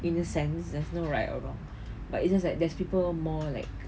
in a sense there's no right or wrong but it's just that there's people more like